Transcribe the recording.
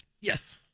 Yes